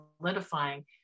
solidifying